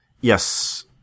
Yes